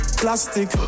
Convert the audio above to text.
plastic